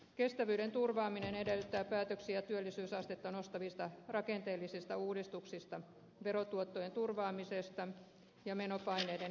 kestävyyden turvaaminen edellyttää päätöksiä työllisyysastetta nostavista rakenteellisista uudistuksista verotuottojen turvaamisesta ja menopaineiden hillitsemisestä